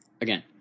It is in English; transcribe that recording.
Again